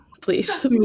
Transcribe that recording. please